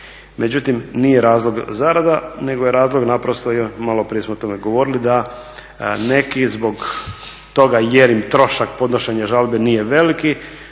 Međutim, nije razlog zarada nego je razlog naprosto, i maloprije smo o tome govorili, da neki zbog toga jer im trošak podnošenja žalbi nije veliki,